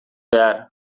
behar